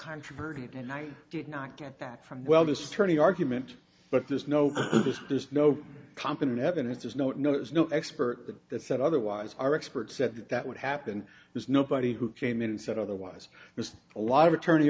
uncontroverted and i did not get that from well this is turning argument but there's no there's no competent evidence there's no no there's no expert that said otherwise our experts said that would happen there's nobody who came in and said otherwise there's a lot of attorney